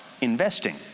investing